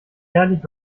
ehrlich